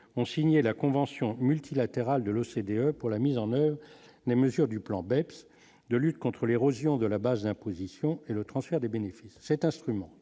ont signé la convention multi-. Latéral de l'OCDE pour la mise en oeuvre mais mesures du plan Bex de lutte contre l'érosion de la base d'imposition et le transfert des bénéfices cet instrument